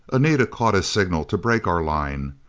anita caught his signal to break our line.